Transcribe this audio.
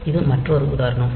இது மற்றொரு உதாரணம்